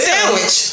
sandwich